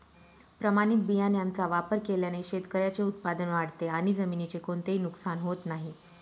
प्रमाणित बियाण्यांचा वापर केल्याने शेतकऱ्याचे उत्पादन वाढते आणि जमिनीचे कोणतेही नुकसान होत नाही